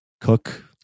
cook